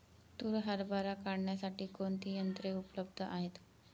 तूर हरभरा काढण्यासाठी कोणती यंत्रे उपलब्ध आहेत?